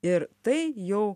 ir tai jau